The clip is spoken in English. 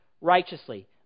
righteously